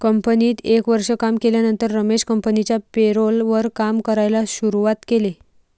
कंपनीत एक वर्ष काम केल्यानंतर रमेश कंपनिच्या पेरोल वर काम करायला शुरुवात केले